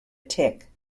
tick